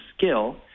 skill